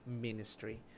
ministry